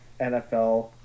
nfl